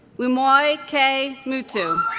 lumoi k. muttu